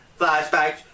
flashbacks